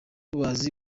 bazi